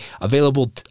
available